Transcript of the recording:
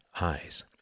eyes